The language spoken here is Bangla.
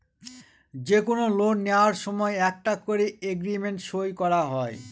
যে কোনো লোন নেওয়ার সময় একটা করে এগ্রিমেন্ট সই করা হয়